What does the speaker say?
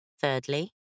Thirdly